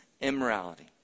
immorality